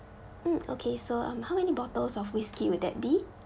mm okay so um how many bottles of whisky will that be